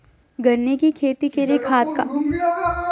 गन्ने की खेती के लिए खाद की मात्रा?